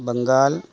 Bengal